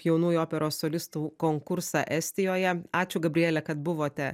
jaunųjų operos solistų konkursą estijoje ačiū gabriele kad buvote